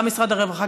גם משרד הרווחה,